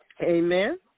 Amen